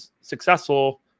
successful